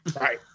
Right